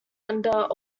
under